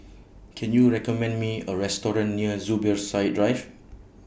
Can YOU recommend Me A Restaurant near Zubir Side Drive